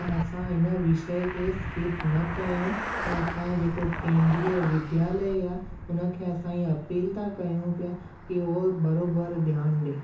त असां हिन विषय खे स्किप न कयूं ऐं असांजो जेको केंद्रीय विद्यालय आहे उन खे असां ईअं अपील था कयूं पिया की हो बरोबरु ध्यानु ॾे